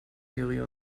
theorie